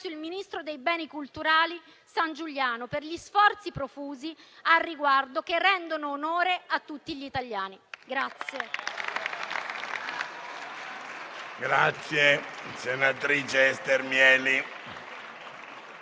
il ministro dei beni culturali Sangiuliano per gli sforzi profusi al riguardo, che rendono onore a tutti gli italiani.